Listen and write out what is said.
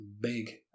big